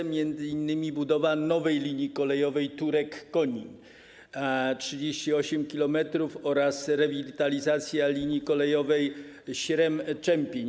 To m.in. budowa nowej linii kolejowej Turek - Konin, 38 km, oraz rewitalizacja linii kolejowej Śrem - Czempiń.